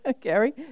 Gary